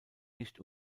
nicht